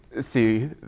see